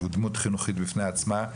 הוא דמות חינוכית בפני עצמה.